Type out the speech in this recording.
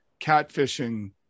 catfishing